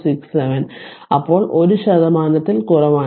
0067 അപ്പോൾ ഒരു ശതമാനത്തിൽ കുറവാണ്